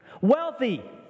Wealthy